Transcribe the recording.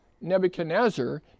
Nebuchadnezzar